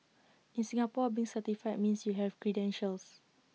in Singapore being certified means you have credentials